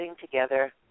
together